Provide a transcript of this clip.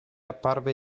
apparve